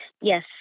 Yes